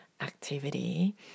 activity